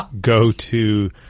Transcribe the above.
go-to